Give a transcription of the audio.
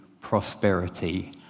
prosperity